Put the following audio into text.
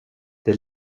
det